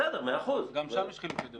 גם שם יש חילוקי דעות.